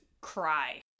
cry